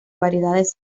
variedades